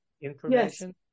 information